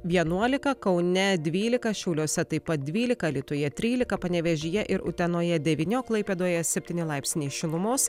vienuolika kaune dvylika šiauliuose taip pat dvylika alytuje trylika panevėžyje ir utenoje devyni o klaipėdoje septyni laipsniai šilumos